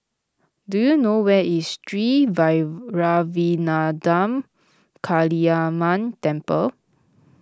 do you know where is Sri Vairavimada Kaliamman Temple